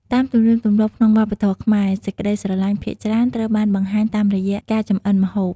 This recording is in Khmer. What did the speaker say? តាមទំនៀមទម្លាប់ក្នុងវប្បធម៌ខ្មែរ សេចក្ដីស្រលាញ់ភាគច្រើនត្រូវបានបង្ហាញតាមរយៈការចម្អិនម្ហូប។